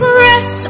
Press